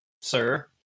sir